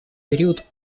период